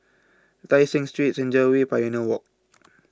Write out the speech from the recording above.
Tai Seng Street Senja Way Pioneer Walk